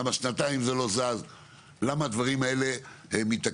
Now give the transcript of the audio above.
למה שנתיים זה לא זז ולמה הדברים האלה מתעכבים.